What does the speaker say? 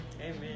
Amen